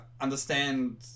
understand